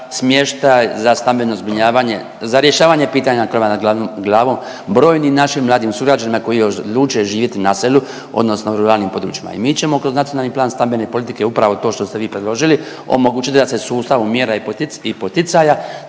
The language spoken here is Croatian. za rješavanje pitanja krova nad glavom brojnim našim mladim sugrađanima koji odluče živjeti na selu odnosno u ruralnim područjima. I mi ćemo kroz Nacionalni plan stambene politike upravo to što ste vi predložili omogućiti da se u sustavu mjera i poticaja